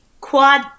quad